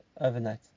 overnight